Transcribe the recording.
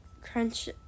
crunch